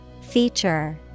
Feature